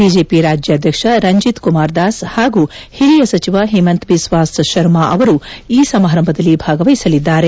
BJP ರಾಜ್ಯಾಧ್ಯಕ್ಷ ರಂಜಿತ್ ಕುಮಾರ್ ದಾಸ್ ಹಾಗೂ ಹಿರಿಯ ಸಚಿವ ಹಿಮಂತ್ ಬಿಸ್ವಾಸ್ ಶರ್ಮಾ ಅವರು ಈ ಸಮಾರಂಭದಲ್ಲಿ ಭಾಗವಹಿಸಲಿದ್ದಾರೆ